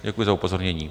Děkuji za upozornění.